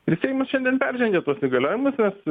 ir seimas šiandien peržengė tuos įgaliojimus nes